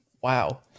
wow